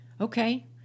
Okay